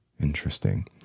Interesting